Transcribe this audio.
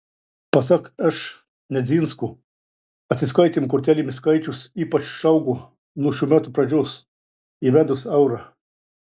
pasak š nedzinsko atsiskaitymų kortelėmis skaičius ypač išaugo nuo šių metų pradžios įvedus eurą